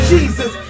Jesus